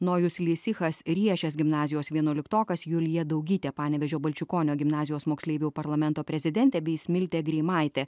nojus lisichas riešės gimnazijos vienuoliktokas julija daugytė panevėžio balčikonio gimnazijos moksleivių parlamento prezidentė bei smiltė greimaitė